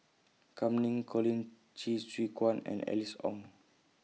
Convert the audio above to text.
Kam Ning Colin Qi Zhe Quan and Alice Ong